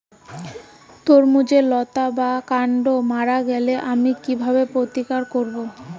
তরমুজের লতা বা কান্ড মারা গেলে আমি কীভাবে প্রতিকার করব?